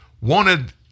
wanted